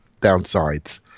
downsides